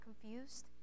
confused